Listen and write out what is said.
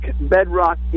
bedrock